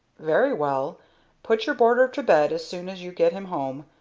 very well put your boarder to bed as soon as you get him home,